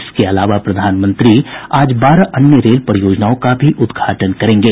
इसके अलावा प्रधानमंत्री आज बारह अन्य रेल परियोजनाओं का भी उद्घाटन करेंगे